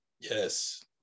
yes